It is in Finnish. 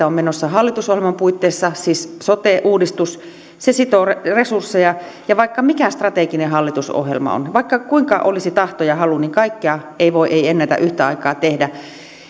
on menossa hallitusohjelman puitteissa kuten sote uudistus sitovat resursseja vaikka on mikä strateginen hallitusohjelma ja vaikka kuinka olisi tahto ja halu kaikkea ei voi ei ennätä yhtä aikaa tehdä